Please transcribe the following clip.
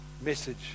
message